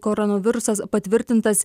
koronavirusas patvirtintas